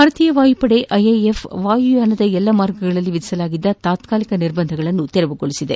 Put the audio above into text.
ಭಾರತೀಯ ವಾಯುಪಡೆ ಐಎಫ್ ವಾಯುಯಾನದ ಎಲ್ಲ ಮಾರ್ಗಗಳಲ್ಲಿ ವಿಧಿಸಲಾಗಿದ್ದ ತಾತ್ನಾಲಿಕ ನಿರ್ಬಂಧಗಳನ್ನು ತೆರವುಗೊಳಿಸಿದೆ